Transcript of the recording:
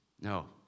No